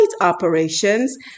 Operations